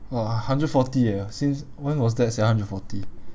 !wah! hundred forty eh since when was that sia hundred forty !wah!